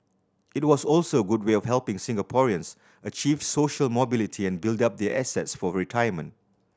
it was also a good way of helping Singaporeans achieve social mobility and build up their assets for retirement